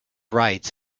rights